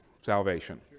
salvation